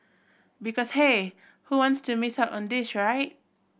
because hey who wants to miss out on this right